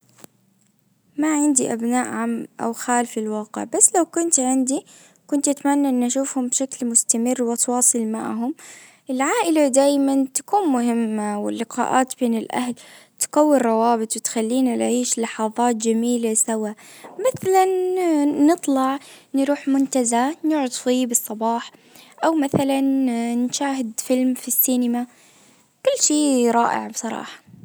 ما عندي ابناء عم او خال في الواقع بس لو كنت عندي كنت اتمنى اني اشوفهم بشكل مستمر واتواصل معهم العائلة دايما تكون مهمة واللقاءات بين الاهل تقوي الروابط وتخلينا نعيش لحظات جميلة سوا مثلا نطلع نروح منتزة نعد شوية بالصباح او مثلا نشاهد فيلم في السينما كل شي رائع بصراحة